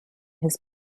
his